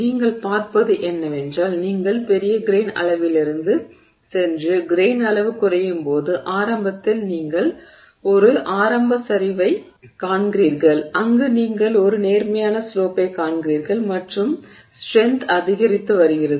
நீங்கள் பார்ப்பது என்னவென்றால் நீங்கள் பெரிய கிரெய்ன் அளவிலிருந்து சென்று கிரெய்ன் அளவு குறையும் போது ஆரம்பத்தில் நீங்கள் ஒரு ஆரம்ப சரிவைக் காண்கிறீர்கள் அங்கு நீங்கள் ஒரு நேர்மறையான ஸ்லோப்பைக் காண்கிறீர்கள் மற்றும் ஸ்ட்ரென்த் அதிகரித்து வருகிறது